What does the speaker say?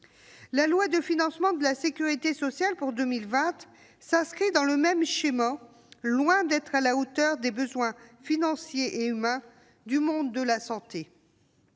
La loi de financement de la sécurité sociale pour 2020 s'inscrit dans le même schéma : elle est loin d'être à la hauteur des besoins financiers et humains du monde de la santé.